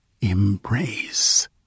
embrace